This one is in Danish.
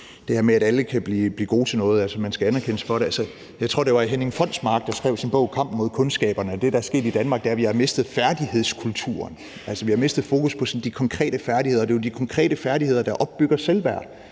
sagde, om, at alle kan blive gode til noget, og at man skal anerkendes for det. Jeg tror, det var Henning Fonsmark, der skrev i sin bog »Kampen mod kundskaber«, at det, der er sket i Danmark, er, at vi har mistet færdighedskulturen. Vi har mistet fokus sådan på de konkrete færdigheder, og det er jo de konkrete færdigheder, der opbygger selvværd.